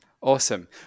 awesome